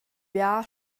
bia